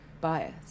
bias